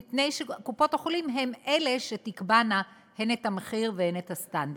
מפני שקופות-החולים הן אלה שתקבענה הן את המחיר והן את הסטנדרט.